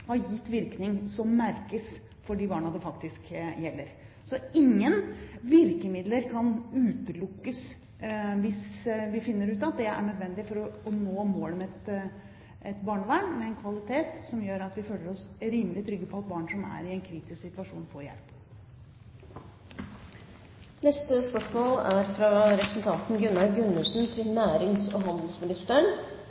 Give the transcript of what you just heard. har gitt virkning som merkes for de barna det faktisk gjelder. Så ingen virkemidler kan utelukkes hvis vi finner at det er nødvendig for å nå målet om et barnevern med en kvalitet som gjør at vi føler oss rimelig trygge på at barn som er i en kritisk situasjon, får hjelp. Dette spørsmålet, fra representanten Gunnar Gundersen til